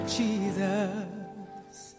Jesus